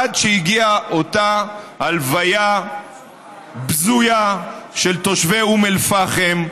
עד שהגיעה אותה הלוויה בזויה של תושבי אום אל-פחם,